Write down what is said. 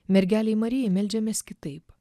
mergelei marijai meldžiamės kitaip